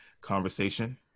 conversation